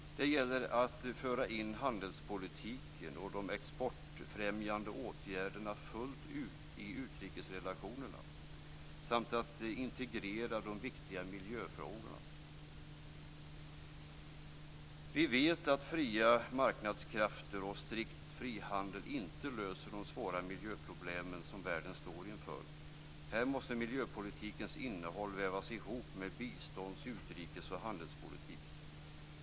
Det gäller att föra in handelspolitiken och de exportfrämjande åtgärderna fullt ut i utrikesrelationerna samt att integrera de viktiga miljöfrågorna. Vi vet att fria marknadskrafter och strikt frihandel inte löser de svåra miljöproblemen som världen står inför. Här måste miljöpolitikens innehåll vävas ihop med bistånds-, utrikes och handelspolitik.